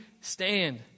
stand